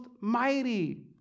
mighty